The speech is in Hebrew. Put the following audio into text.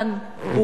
שלי יחימוביץ,